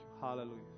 Hallelujah